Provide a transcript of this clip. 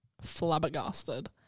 flabbergasted